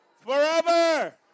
forever